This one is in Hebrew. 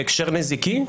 בהקשר נזיקי,